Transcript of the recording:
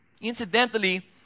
Incidentally